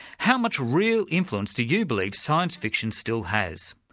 how much real influence do you believe science fiction still has?